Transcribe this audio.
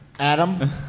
Adam